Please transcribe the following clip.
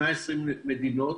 120 מדינות,